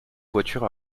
voiture